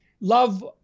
love